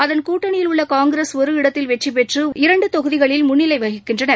அதன் கூட்டணியில் உள்ள காங்கிரஸ் ஒரு இடத்தில் வெற்றிபெற்று இரண்டு தொகுதிகளில் முன்னிலை வகிக்கின்றன